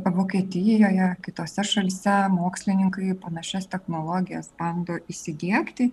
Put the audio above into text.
vokietijoje kitose šalyse mokslininkai panašias technologijas bando įsidiegti